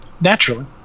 Naturally